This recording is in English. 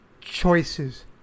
Choices